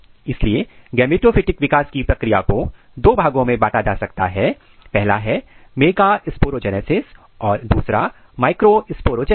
इसलिए गेमेटोफिटिक विकास की प्रक्रिया को दो भागों में बांटा जा सकता है पहला है मेगास्पू्रोजेनेसिस और दूसरा माइक्रोस्पू्रोजेनेसिस